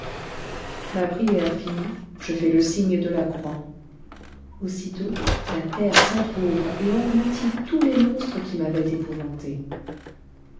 ma prière finie je fais le signe de la croix aussitôt la terre s'entrouvre et engloutit tous les monstres qui m'avaient épouvanté